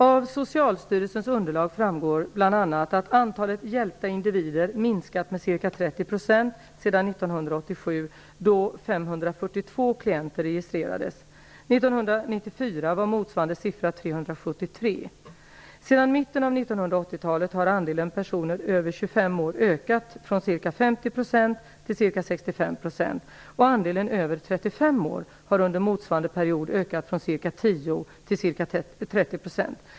Av Socialstyrelsens underlag framgår bl.a. att antalet hjälpta individer minskat med ca 30 % sedan 1987, då 542 klienter registrerades. 1994 var motsvarande antal 373. Sedan mitten av 1980-talet har andelen personer över 25 år ökat från ca 50 % till ca 65 %. Andelen över 35 år har under motsvarande period ökat från ca 10 till ca 30 %.